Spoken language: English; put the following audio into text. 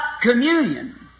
communion